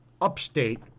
upstate